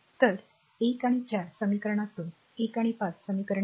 तर 1 आणि 4 समीकरणातून 1 आणि 5 समीकरण मिळवा